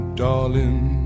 darling